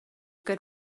good